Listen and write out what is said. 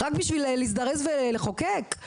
רק בשביל לזרז ולחוקק?